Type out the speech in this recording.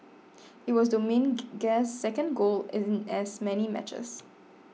it was Dominguez's second goal in as many matches